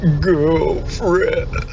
girlfriend